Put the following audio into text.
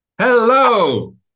Hello